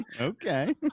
Okay